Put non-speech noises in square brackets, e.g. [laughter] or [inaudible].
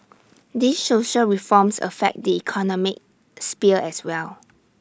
[noise] these social reforms affect the economic sphere as well